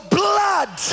blood